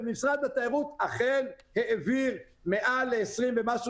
משרד התיירות אכן העביר מעל 20 ומשהו